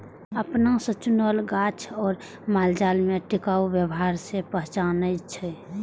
अपना से चुनल गाछ आ मालजाल में टिकाऊ व्यवहार से पहचानै छै